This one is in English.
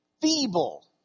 feeble